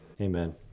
Amen